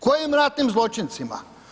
Kojim ratnim zločincima?